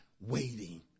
waiting